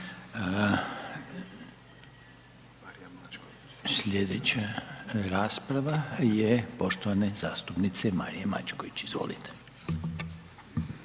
Slijedeća rasprava je poštovane zastupnice Marije Mačković, izvolite.